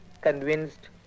convinced